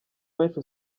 benshi